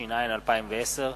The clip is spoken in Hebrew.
התש”ע 2010,